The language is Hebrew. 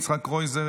יצחק קרויזר,